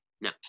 No